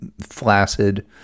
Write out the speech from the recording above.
flaccid